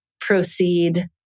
proceed